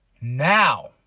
Now